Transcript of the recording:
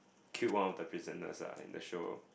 killed one of the prisoners ah in the show